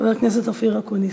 חבר הכנסת אופיר אקוניס.